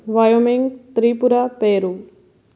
Wyoming Tripura Peru